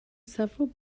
several